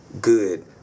good